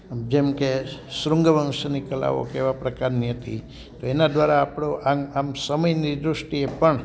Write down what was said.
આમ જેમ કે શૃંગ વંશની કલાઓ કેવા પ્રકારની હતી તો એના દ્વારા આપણો આમ સમયની દ્રષ્ટીએ પણ